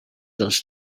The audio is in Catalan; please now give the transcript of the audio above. dels